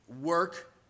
work